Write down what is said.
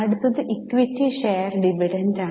അടുത്തത് equity share ഡിവിഡന്റാണ്